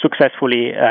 successfully